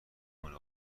مونه